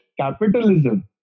capitalism